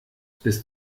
bis